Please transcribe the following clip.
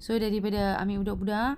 so daripada ambil budak-budak